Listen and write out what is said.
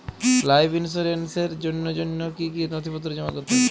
Life ইন্সুরেন্সর জন্য জন্য কি কি নথিপত্র জমা করতে হবে?